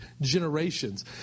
generations